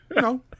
No